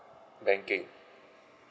banking